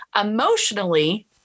emotionally